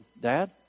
Dad